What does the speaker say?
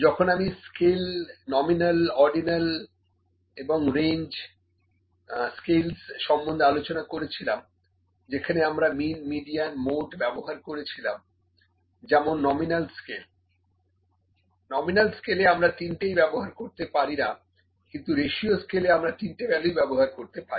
যখন আমি scale nominal ordinal এবং range ordinal and range scales সম্বন্ধে আলোচনা করেছিলাম যেখানে আমরা মিন মিডিয়ান মোড ব্যবহার করেছিলাম যেমন নমিনাল স্কেল এ আমরা 3 টেই ব্যবহার করতে পারি না কিন্তু রেসিও স্কেল এ আমরা 3 টে ভ্যালুই ব্যবহার করতে পারি